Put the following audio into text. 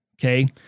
okay